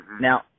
Now